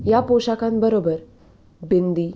या पोशाखांबरोबर बिंदी